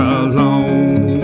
alone